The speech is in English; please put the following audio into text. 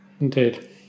Indeed